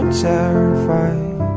terrified